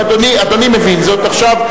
אם אדוני מבין זאת עכשיו,